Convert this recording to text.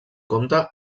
compte